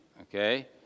Okay